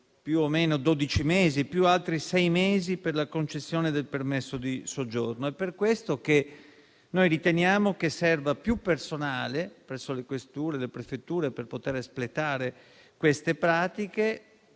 più o meno dodici mesi, più altri sei per la concessione del permesso di soggiorno. È per questo che riteniamo che servano più personale presso le questure e le prefetture per poter espletare queste pratiche